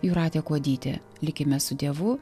jūratė kuodytė likime su dievu